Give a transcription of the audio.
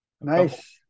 Nice